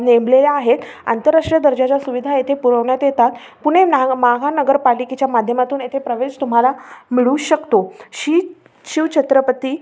नेमलेले आहेत आंतरराष्ट्रीय दर्जाच्या सुविधा येथे पुरवण्यात येतात पुणे महा महानगरपालिकेच्या माध्यमातून येथे प्रवेश तुम्हाला मिळू शकतो श्री शिव छत्रपती